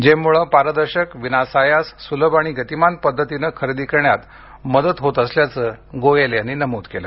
जेममुळे पारदर्शक विनासायास सुलभ आणि गतिमान पद्धतीने खरेदी करण्यात मदत होत असल्याचं गोयल यांनी नमूद केल